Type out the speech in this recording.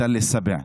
בתל שבע,